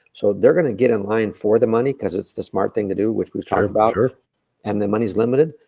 so they're gonna get in line for the money, cause it's the smart thing to do, which we've talked about. and the money is limited.